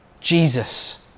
Jesus